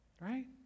right